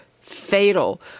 fatal